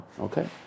Okay